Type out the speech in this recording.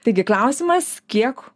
taigi klausimas kiek